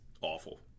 awful